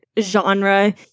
genre